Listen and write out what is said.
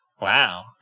Wow